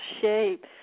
shape